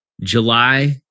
July